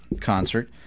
concert